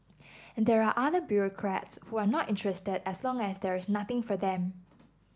and there're other bureaucrats who are not interested as long as there is nothing for them